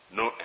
no